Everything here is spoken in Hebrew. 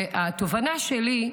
התובנה שלי,